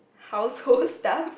household stuff